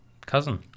Cousin